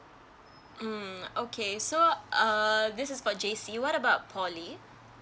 mm okay so err this is for J_C what about poly